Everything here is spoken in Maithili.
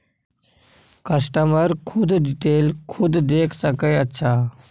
कस्टमर खुद डिटेल खुद देख सके अच्छा